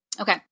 Okay